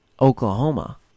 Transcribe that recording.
Oklahoma